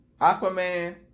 Aquaman